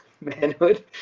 manhood